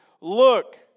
Look